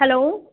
hello